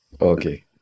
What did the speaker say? Okay